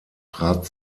trat